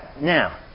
now